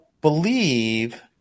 believe –